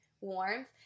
warmth